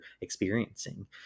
experiencing